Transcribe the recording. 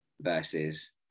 versus